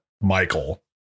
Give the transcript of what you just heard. Michael